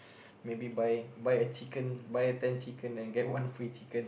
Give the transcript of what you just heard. maybe buy buy a chicken buy ten chicken and get one free chicken